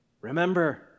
remember